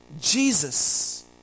Jesus